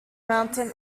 mountain